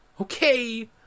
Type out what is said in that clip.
Okay